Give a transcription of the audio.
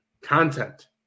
content